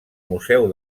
museu